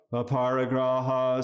aparigraha